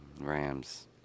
Rams